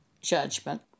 judgment